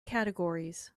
categories